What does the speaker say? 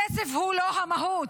הכסף הוא לא המהות,